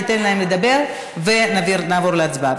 ניתן להם לדבר ונעבור להצבעה,